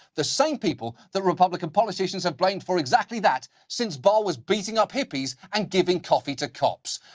the same people the republican politicians have blamed for exactly that since barr was beating up hippies and giving coffee to cops.